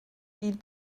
dient